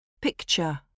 Picture